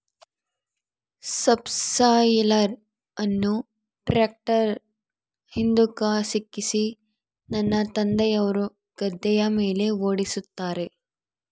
subsoiler ಅನ್ನು ಟ್ರ್ಯಾಕ್ಟರ್ನ ಹಿಂದುಕ ಸಿಕ್ಕಿಸಿ ನನ್ನ ತಂದೆಯವರು ಗದ್ದೆಯ ಮೇಲೆ ಓಡಿಸುತ್ತಾರೆ